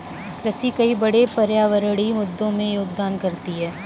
कृषि कई बड़े पर्यावरणीय मुद्दों में योगदान करती है